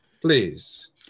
please